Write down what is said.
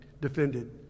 defended